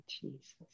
Jesus